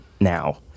Now